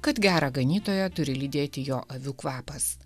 kad gerą ganytoją turi lydėti jo avių kvapas